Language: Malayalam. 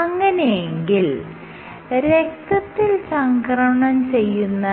അങ്ങനെയെങ്കിൽ രക്തത്തിൽ ചംക്രമണം ചെയ്യുന്ന